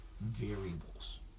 variables